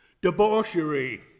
debauchery